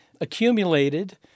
accumulated